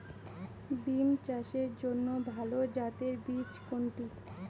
বিম চাষের জন্য ভালো জাতের বীজ কোনটি?